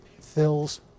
fills